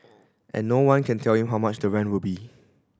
and no one can tell them how much the rent will be